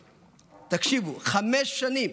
תקשיבו, חמש שנים